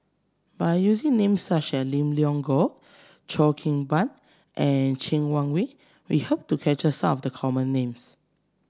by using names such as Lim Leong Geok Cheo Kim Ban and Cheng Wai Keung we hope to capture some of the common names